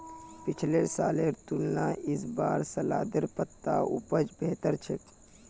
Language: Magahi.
पिछला सालेर तुलनात इस बार सलाद पत्तार उपज बेहतर छेक